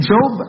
Job